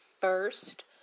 first